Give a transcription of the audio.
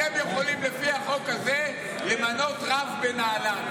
לפי החוק הזה אתם יכולים למנות רב בנהלל.